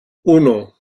uno